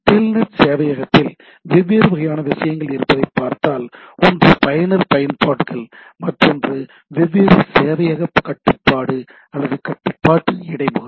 Telnet சேவையகத்தில் வெவ்வேறு வகையான விஷயங்கள் இருப்பதைப் பார்த்தால் ஒன்று பயனர் பயன்பாடுகள் மற்றொன்று வெவ்வேறு சேவையகக் கட்டுப்பாடு அல்லது கட்டுப்பாட்டு இடைமுகம்